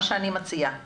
אני מציעה